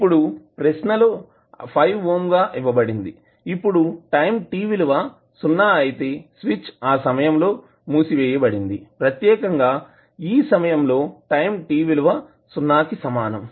ఇప్పుడు ప్రశ్నలో 5 ఓం గా ఇవ్వబడింది ఇప్పుడు టైం t విలువ సున్నా అయితే స్విచ్ ఆ సమయంలో మూసివేయబడింది ప్రత్యేకంగా ఈ సమయం లో టైం t విలువ సున్నా కి సమానం